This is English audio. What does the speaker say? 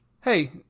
Hey